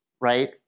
right